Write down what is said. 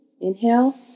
Inhale